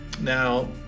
Now